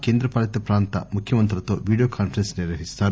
కేంద్రపాలిత ప్రాంత ముఖ్యమంత్రులతో వీడియో కాన్పరెన్స్ నిర్వహిస్తారు